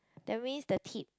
that means the tip